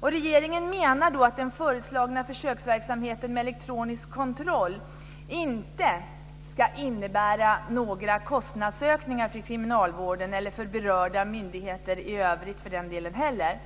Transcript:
Regeringen menar att den föreslagna försöksverksamheten med elektronisk kontroll inte ska innebära några kostnadsökningar för kriminalvården - och inte för berörda myndigheter i övrigt heller för den delen.